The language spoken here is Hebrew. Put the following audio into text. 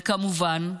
זאת, כמובן,